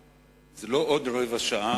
זה לא עוד רבע שעה.